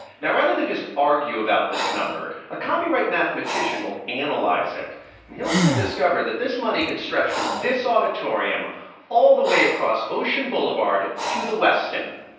now rather than just argue about this number, a copyright mathematician will analyze it and he'll soon discover that this money could stretch from this auditorium all the way across ocean boulevard to the westin,